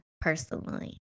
personally